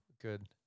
good